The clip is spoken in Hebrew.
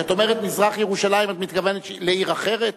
כשאת אומרת מזרח-ירושלים, את מתכוונת לעיר אחרת?